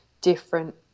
different